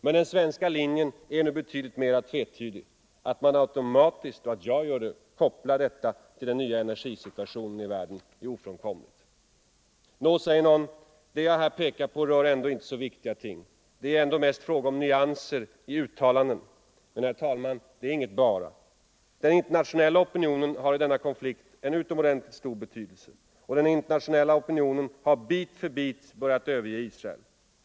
Men den svenska linjen är nu betydligt mera tvetydig. Att man automatiskt — och att jag gör det — måste koppla detta till den nya energisituationen i världen är ofrånkomligt. Nå, säger någon, det jag här pekar på rör ändå inte så viktiga ting. Det är ju ändå mest fråga om nyanser i uttalanden. Men, herr talman, det är inget bara. Den internationella opinionen har i denna konflikt en utomordentligt stor betydelse. Och den internationella opinionen har bit för bit börjat överge Israel.